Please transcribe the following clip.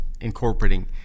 incorporating